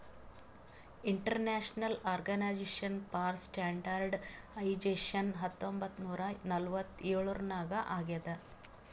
international organization for standardization ಹತ್ತೊಂಬತ್ ನೂರಾ ನಲ್ವತ್ತ್ ಎಳುರ್ನಾಗ್ ಆಗ್ಯಾದ್